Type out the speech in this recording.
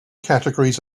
categories